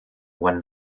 one